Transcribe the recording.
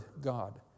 God